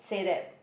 say that